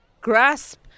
grasp